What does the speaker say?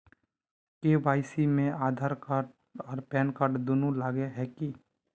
KYC में Aadhaar card आर PAN card दुनू लगे है की?